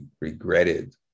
regretted